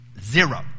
Zero